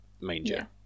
manger